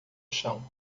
chão